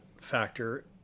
factor